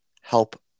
help